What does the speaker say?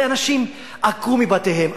הרי אנשים עקרו מבתיהם,